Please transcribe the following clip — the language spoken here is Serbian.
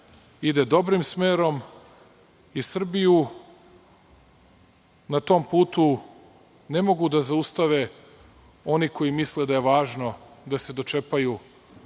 ide dobrim smerom i Srbiju na tom putu ne mogu da zaustave oni koji misle da je važno da se dočepaju